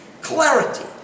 clarity